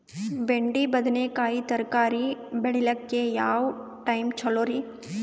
ಬೆಂಡಿ ಬದನೆಕಾಯಿ ತರಕಾರಿ ಬೇಳಿಲಿಕ್ಕೆ ಯಾವ ಟೈಮ್ ಚಲೋರಿ?